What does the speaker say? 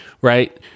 right